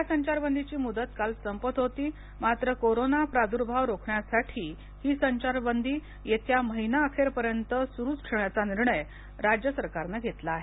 या संचारबंदीची मुदत काल संपत होती मात्र कोरोना प्रादुर्भाव रोखण्यासाठी ही संचारबंदी येत्या महिना अखेर पर्यंत सुरूच ठेवण्याचा निर्णय राज्य सरकारनं घेतला आहे